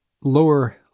lower